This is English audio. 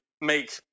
make